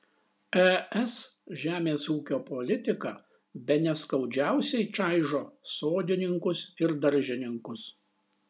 es žemės ūkio politika bene skaudžiausiai čaižo sodininkus ir daržininkus